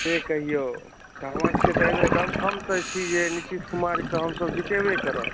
से कहियौ से हमरा सभके तऽ एहि बेर दमखम से छी जे हमसभ नीतीश कुमारके एहिबेर जितैबे करब